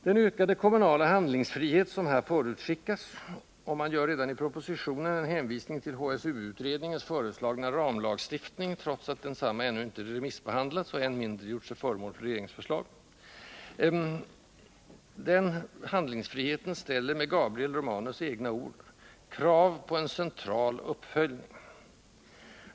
Den ökade kommunala handlingsfrihet som här förutskickas — och man gör redan i propositionen en hänvisning till HSU-utredningens föreslagna ”ramlagstiftning” trots att densamma ännu inte remissbehandlats och än mindre gjorts till föremål för regeringsförslag — ställer med Gabriel Romanus egna ord ”krav på en central uppföljning”.